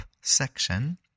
section